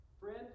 Friend